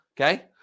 Okay